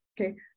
okay